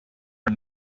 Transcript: are